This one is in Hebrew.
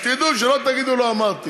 שתדעו, שלא תגידו שלא אמרתי.